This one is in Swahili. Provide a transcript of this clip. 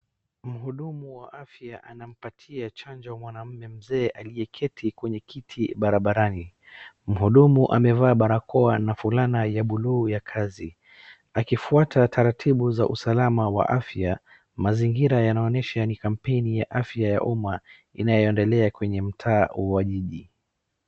Mhudumu wa afya anampatia chanjo mwanaume mzee aliyeketi kwenye kiti barabarani. Mhudumu amevaa barakoa na fulana ya bluu ya kazi. Akifwata taratibu za usalama wa afya .Mazingira inaonyesha ni kampeni ya afya ya umma inayoendelea kwenye mtaa huu wa jiji.